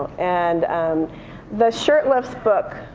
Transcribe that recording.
and the shurtleff's book,